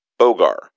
Bogar